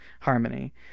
harmony